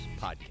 Podcast